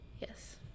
yes